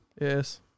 Yes